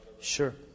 Sure